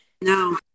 no